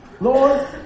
Lord